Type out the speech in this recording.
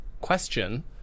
question